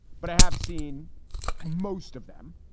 but i have seen most of them.